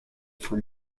for